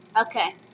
okay